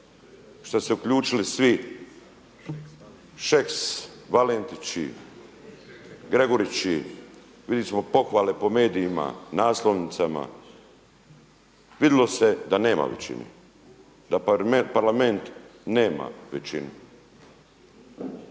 su se uključili svi Šeks, Valentići, Gregurići, vidjeli smo pohvale po medijima, naslovnicama, vidlo se da nema većine, da Parlament nema većinu.